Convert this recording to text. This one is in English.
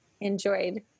enjoyed